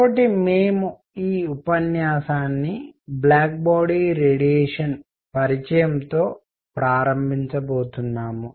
కాబట్టి మేము ఈ ఉపన్యాసాన్ని బ్లాక్ బాడీ రేడియేషన్ పరిచయంతో ప్రారంభించబోతున్నాము